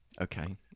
Okay